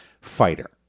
fighter